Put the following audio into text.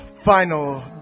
Final